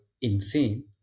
insane